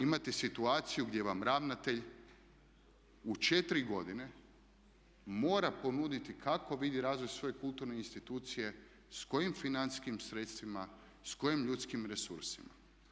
Imate situaciju da vam ravnatelj u četiri godine mora ponuditi kako vidi razvoj svoje kulturne institucije, s kojim financijskim sredstvima, s kojim ljudskim resursima.